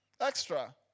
Extra